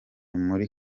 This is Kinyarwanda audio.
muri